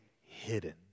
hidden